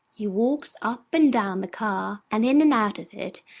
he walks up and down the car, and in and out of it,